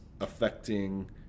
affecting